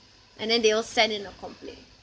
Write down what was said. and then they'll send in a complaint